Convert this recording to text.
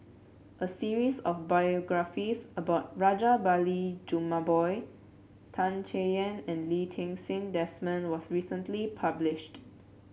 a series of biographies about Rajabali Jumabhoy Tan Chay Yan and Lee Ti Seng Desmond was recently published